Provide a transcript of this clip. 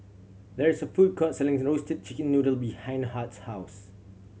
there is a food court selling Roasted Chicken Noodle behind Hart's house